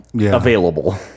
available